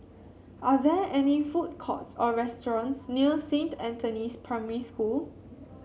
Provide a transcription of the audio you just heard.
are there any food courts or restaurants near Saint Anthony's Primary School